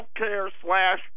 healthcare-slash-